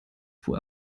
fuhr